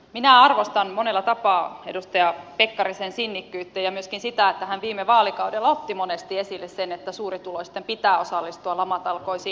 minä arvostan monella tapaa edustaja pekkarisen sinnikkyyttä ja myöskin sitä että hän viime vaalikaudella otti monesti esille sen että suurituloisten pitää osallistua lamatalkoisiin